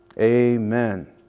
Amen